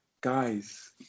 guys